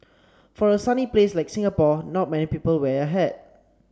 for a sunny place like Singapore not many people wear a hat